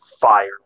fire